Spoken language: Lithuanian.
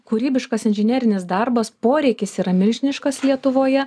kūrybiškas inžinerinis darbas poreikis yra milžiniškas lietuvoje